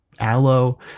aloe